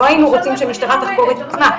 לא היינו רוצים שהמשטרה תחקור את עצמה.